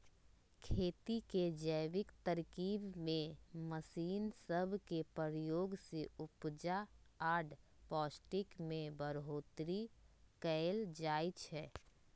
खेती के जैविक तरकिब में मशीन सब के प्रयोग से उपजा आऽ पौष्टिक में बढ़ोतरी कएल जाइ छइ